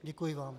Děkuji vám.